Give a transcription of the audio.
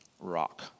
Rock